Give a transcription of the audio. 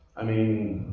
i mean,